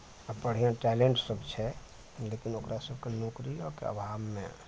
आ बढ़िऑं टैलेंट सब छै लेकिन ओकरा सबके नौकरियोके अभावमे